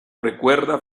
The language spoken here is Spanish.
recuerda